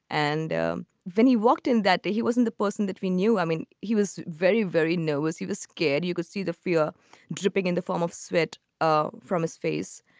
and vinnie walked in that day. he wasn't the person that we knew. i mean, he was very, very no as he was scared. you could see the fear dripping in the form of sweat ah from his face.